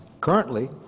Currently